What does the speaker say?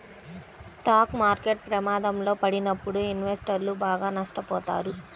stock market ప్రమాదంలో పడినప్పుడు ఇన్వెస్టర్లు బాగా నష్టపోతారు